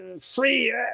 Free